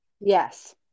Yes